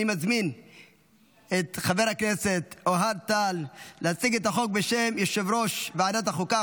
אני מזמין את חבר הכנסת אוהד טל להציג את החוק בשם יושב-ראש ועדת החוקה,